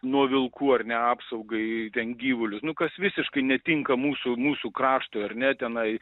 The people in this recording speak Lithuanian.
nuo vilkų ar ne apsaugai ten gyvulius nu kas visiškai netinka mūsų mūsų kraštui ar ne tenai